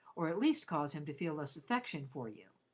or at least cause him to feel less affection for you.